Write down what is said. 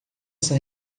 essa